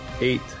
eight